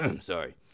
sorry